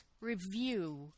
review